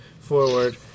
forward